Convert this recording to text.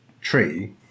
tree